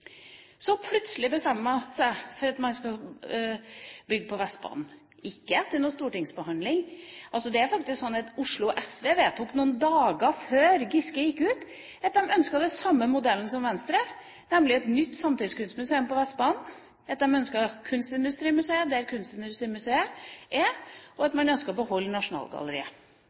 Så plutselig bestemmer man seg for at man skal bygge på Vestbanen, men ikke etter en stortingsbehandling. Det er faktisk sånn at Oslo SV noen dager før Giske gikk ut, vedtok den samme modellen som Venstre – de ønsket et nytt samtidskunstmuseum på Vestbanen, de ønsket et kunstindustrimuseum der Kunstindustrimuseet er, og de ønsket å beholde Nasjonalgalleriet.